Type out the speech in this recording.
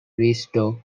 restore